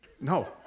No